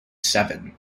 seven